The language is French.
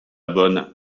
bonne